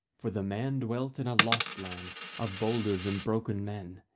for the man dwelt in a lost land of boulders and broken men,